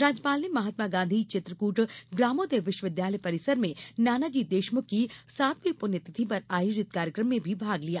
राज्यपाल ने महात्मा गाँधी चित्रकृट ग्रामोदय विश्वविदयालय परिसर में नानाजी देशमुख की सातवीं पुण्य तिथि पर आयोजित कार्यक्रम में भी भाग लिया